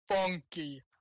funky